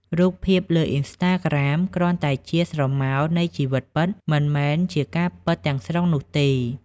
រូបភាពលើ Instagram គ្រាន់តែជា "ស្រមោល" នៃជីវិតពិត មិនមែនជាការពិតទាំងស្រុងនោះទេ។